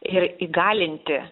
ir įgalinti